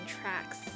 tracks